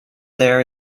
there